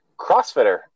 CrossFitter